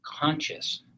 conscious